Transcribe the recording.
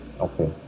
Okay